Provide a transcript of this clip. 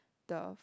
the